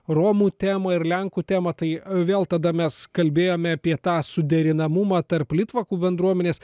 romų temą ir lenkų temą tai vėl tada mes kalbėjome apie tą suderinamumą tarp litvakų bendruomenės